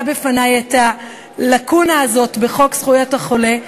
בפני את הלקונה הזאת בחוק זכויות החולה,